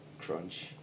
crunch